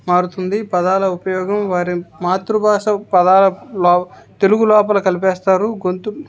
మారుతుంది పదాల ఉపయోగం వారి మాతృభాష పదాలలో తెలుగు లోపల కలిపేస్తారు గొంతు